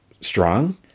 Strong